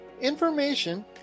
information